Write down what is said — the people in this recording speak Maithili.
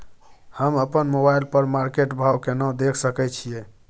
हम अपन मोबाइल पर मार्केट भाव केना देख सकै छिये?